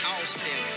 Austin